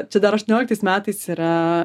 čia dar aštuonioliktais metais yra